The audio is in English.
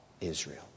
Israel